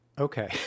Okay